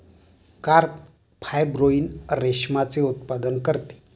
carp fibroin रेशमाचे उत्पादन करते